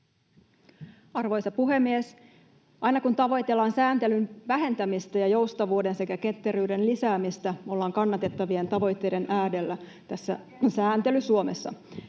Arvoisa puhemies! Aina, kun tavoitellaan sääntelyn vähentämistä ja joustavuuden sekä ketteryyden lisäämistä, ollaan kannatettavien tavoitteiden äärellä tässä sääntely-Suomessa.